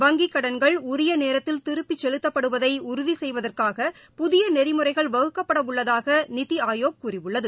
வங்கிக் கடன்கள் உரியநேரத்தில் திருப்பிச் செலுத்தப்படுவதைஉறுதிசெய்வதற்காக புதிய நெறிமுறைகள் வகுக்கப்படஉள்ளதாகநித்திஆயோக் கூறியுள்ளது